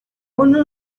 uno